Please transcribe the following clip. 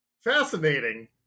Fascinating